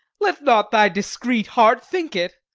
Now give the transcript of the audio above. let not thy discreet heart think it.